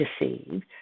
deceived